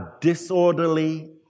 disorderly